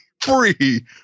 free